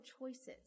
choices